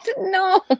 No